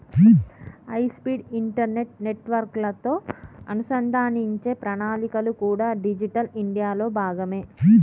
high speed internet నెట్వర్క్లతో అనుసంధానించే ప్రణాళికలు కూడా డిజిటల్ ఇండియాలో భాగమే